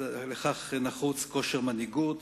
לכך נחוץ כושר מנהיגות,